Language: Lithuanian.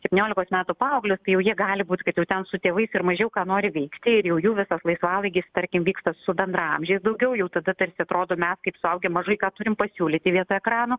septyniolikos metų paauglius tai jau jie gali būt kad jau ten su tėvais ir mažiau ką nori veikti ir jau jų visas laisvalaikis tarkim vyksta su bendraamžiais daugiau jau tada tarsi atrodo mes kaip suaugę mažai ką turim pasiūlyti vietoj ekrano